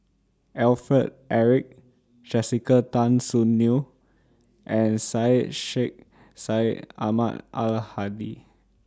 Alfred Eric Jessica Tan Soon Neo and Syed Sheikh Syed Ahmad Al Hadi